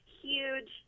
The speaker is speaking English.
huge